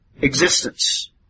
existence